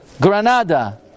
Granada